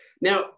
Now